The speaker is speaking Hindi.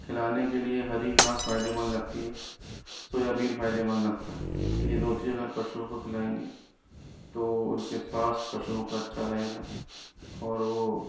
खिलाने के लिए हरी घाँस फ़ायदेमंद लगती है सोयाबीन फायदेमंद लगता है यह दो चीज़ें अगर पशुओं को खिलाएंगे तो उनके स्वास्थय पशुओं का अच्छा रहेगा और वह